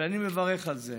ואני מברך על זה.